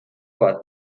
bat